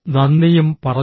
നന്ദിയും പറഞ്ഞു